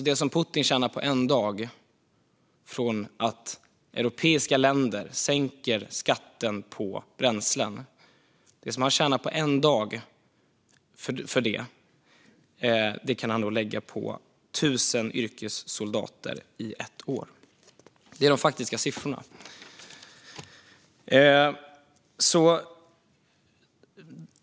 Det som Putin tjänar på en enda dag genom att europeiska länder sänker skatten på bränslen kan han alltså lägga på 1 000 yrkessoldater i ett år. Det är de faktiska siffrorna.